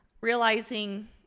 realizing